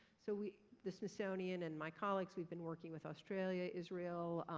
so we, the smithsonian and my colleagues, we've been working with australia, israel,